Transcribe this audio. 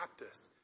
Baptist